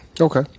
Okay